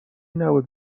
نبود